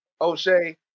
O'Shea